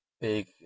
big